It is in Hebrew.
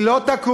היא לא תקום.